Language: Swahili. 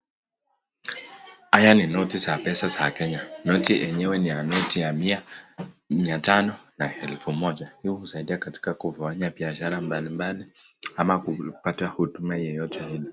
Haya ni noti za pesa za kenya noti yenyewe ni noti ya mia, mia tano na elfu moja hii inasaidia kufanyia biashara mbalimbali ama kupata huduma yoyote.